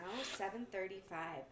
7.35